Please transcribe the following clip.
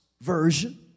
version